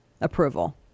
approval